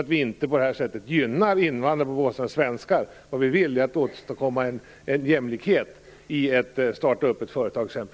Vi skall inte på detta sätt gynna invandrare på bekostnad av svenskar. Vi vill åstadkomma jämlikhet när det gäller att exempelvis starta företag.